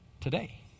today